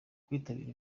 kwitabira